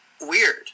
Weird